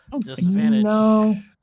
Disadvantage